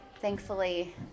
thankfully